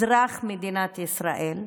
אזרח מדינת ישראל,